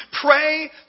pray